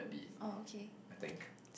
be I think